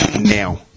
Now